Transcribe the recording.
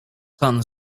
pan